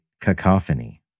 cacophony